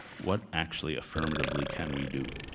what actually affirmatively can we do?